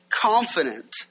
confident